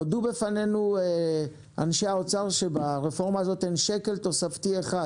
הודו בפנינו אנשי האוצר שברפורמה הזאת אין שקל תוספתי אחד